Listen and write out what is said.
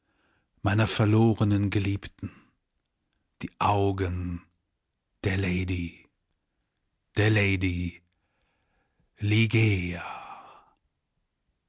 meiner verlorenen geliebten die augen der lady der lady ligeia